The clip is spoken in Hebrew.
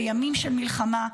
בימים של מלחמה,